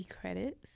credits